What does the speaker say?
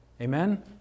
Amen